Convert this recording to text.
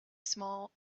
small